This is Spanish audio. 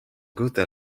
gusta